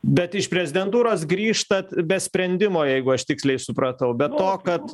bet iš prezidentūros grįžtat be sprendimo jeigu aš tiksliai supratau be to kad